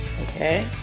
okay